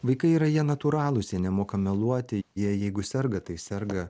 vaikai yra jie natūralūs jie nemoka meluoti jie jeigu serga tai serga